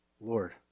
Lord